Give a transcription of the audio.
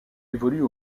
évoluent